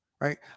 right